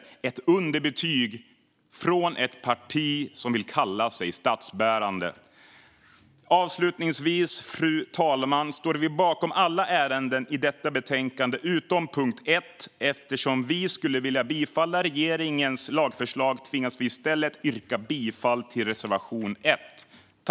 Det är ett underbetyg för ett parti som vill kalla sig statsbärande. Fru talman! Avslutningsvis står vi bakom utskottets förslag i alla ärenden i detta betänkande utom under punkt 1. Eftersom vi skulle vilja bifalla regeringens lagförslag tvingas vi i stället att yrka bifall till reservation 1.